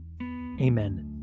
Amen